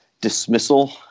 dismissal